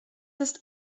ist